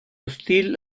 hostil